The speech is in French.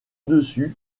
dessus